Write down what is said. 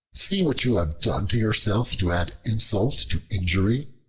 see what you have done to yourself to add insult to injury?